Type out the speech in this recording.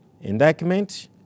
indictment